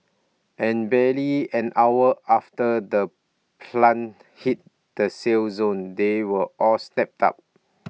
and barely an hour after the plants hit the sale zone they were all snapped up